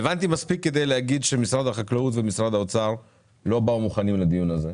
כדי להגיד שמשרד החקלאות ומשרד האוצר לא באו מוכנים לדיון הזה,